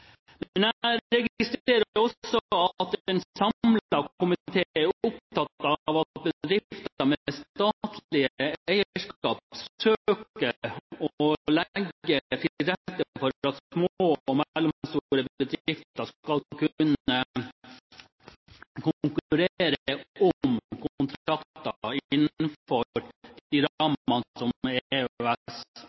jeg registrerer også at en samlet komité er opptatt av at bedrifter med statlig eierskap søker å legge til rette for at små og mellomstore bedrifter skal kunne konkurrere om kontrakter innenfor de rammene som